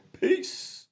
peace